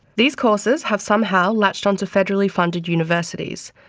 these courses have somehow latched onto federally funded universities,